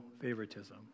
favoritism